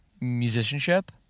musicianship